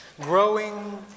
Growing